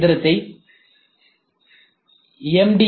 C எந்திரத்தை M